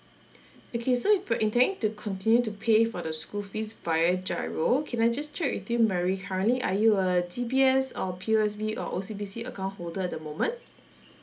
okay so if you're intending to continue to pay for the school fees via GIRO can I just check with you mary currently are you a D_B_S or P_O_S_B or O_C_B_C account holder at the moment